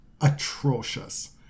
atrocious